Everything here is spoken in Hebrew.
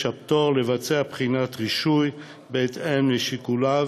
הפטור לבצע בחינת רישוי בהתאם לשיקוליו,